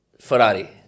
Ferrari